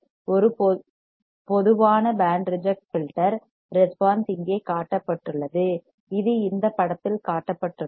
ஒரு பொதுவான band reject filter response இங்கே காட்டப்பட்டுள்ளது இது இந்த படத்தில் காட்டப்பட்டுள்ளது